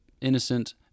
innocent